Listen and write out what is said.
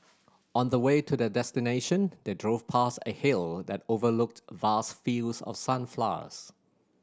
on the way to their destination they drove past a hill that overlooked vast fields of sunflowers